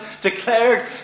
declared